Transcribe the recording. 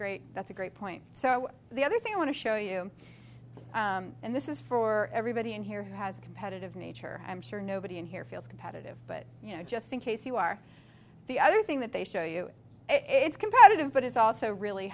great that's a great point so the other thing i want to show you and this is for everybody in here who has a competitive nature i'm sure nobody in here feels competitive but you know just in case you are the other thing that they show you it's competitive but it's also really